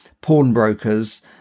pawnbrokers